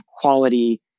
quality